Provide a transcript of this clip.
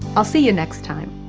ah see you next time!